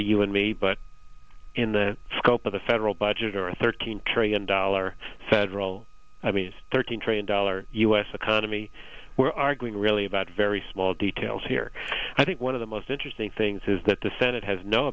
to you and me but in the scope of the federal budget or thirteen trillion dollar federal i mean it's thirteen trillion dollars u s economy where are going really about very small details here i think one of the most interesting things is that the senate has no